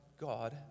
God